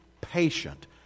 patient